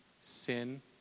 sin